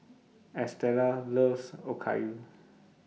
Estela loves Okayu